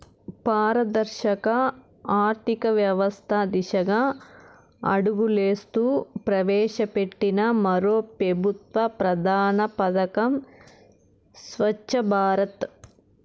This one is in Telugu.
పారదర్శక ఆర్థికవ్యవస్త దిశగా అడుగులేస్తూ ప్రవేశపెట్టిన మరో పెబుత్వ ప్రధాన పదకం స్వచ్ఛ భారత్